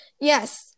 Yes